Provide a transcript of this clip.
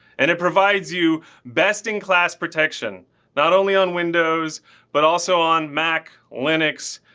and it provides you best in class protection not only on windows but also on mac linux,